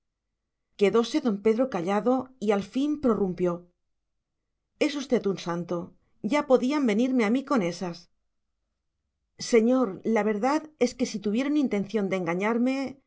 todavía quedóse don pedro callado y al fin prorrumpió es usted un santo ya podían venirme a mí con ésas señor la verdad es que si tuvieron intención de engañarme